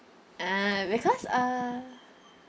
ah because uh